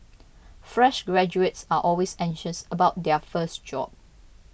fresh graduates are always anxious about their first job